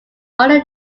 under